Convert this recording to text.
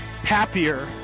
happier